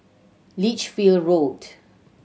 Lichfield Road